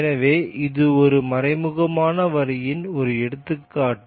எனவே இது ஒரு மறைமுகமான வரியின் ஒரு எடுத்துக்காட்டு